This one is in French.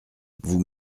vous